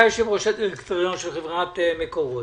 אתה יושב-ראש הדירקטוריון של חברת מקורות.